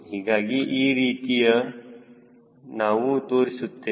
ಹೀಗಾಗಿ ಈ ರೀತಿಯ ನಾವು ತೋರಿಸುತ್ತೇವೆ